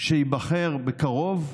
שייבחר בקרוב.